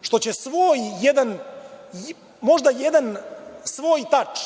što će možda jedan svoj tač